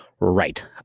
right